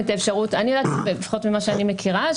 לפחות ממה שאני מכירה,